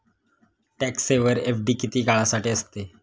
Tax saver FD किती काळासाठी असते?